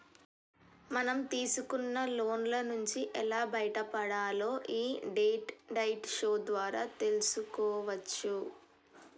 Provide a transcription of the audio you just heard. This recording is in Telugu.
మనం తీసుకున్న లోన్ల నుంచి ఎలా బయటపడాలో యీ డెట్ డైట్ షో ద్వారా తెల్సుకోవచ్చు